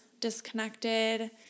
disconnected